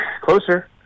closer